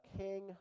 king